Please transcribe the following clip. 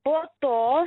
po to